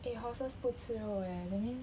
eh horses 不吃肉 leh that means